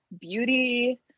beauty